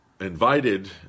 invited